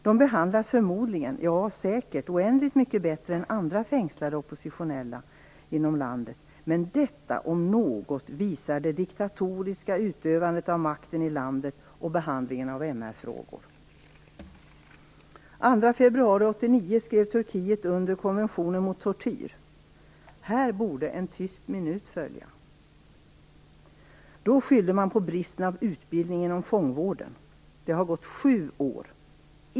De behandlas förmodligen - ja, säkert - oändligt mycket bättre än andra fängslade oppositionella inom landet, men detta om något visar det diktatoriska utövandet av makten i landet och behandlingen av Den 2 februari 1989 skrev Turkiet under konventionen mot tortyr. Här borde en tyst minut följa. Då skyllde man på bristen av utbildning inom fångvården. Det har gått sju år.